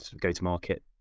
go-to-market